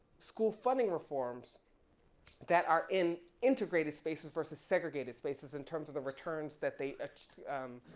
school funding reforms that are in integrated spaces versus segregated spaces in terms of the returns that they um,